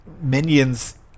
minions